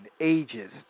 Ages